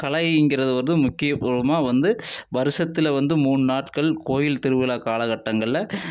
கலைங்கிறது வந்து முக்கியபூர்வமாக வந்து வருசத்தில் வந்து மூணு நாட்கள் கோவில் திருவிழா காலக்கட்டங்களில்